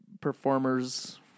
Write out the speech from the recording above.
performers